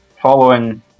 following